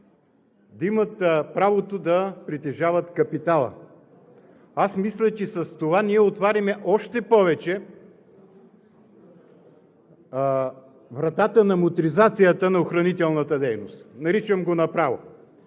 да имат правото да притежават капитала. Аз мисля, че с това ние отваряме още повече вратата на мутризацията на охранителната дейност – наричам го направо.